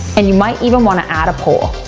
and you might even want to add a poll.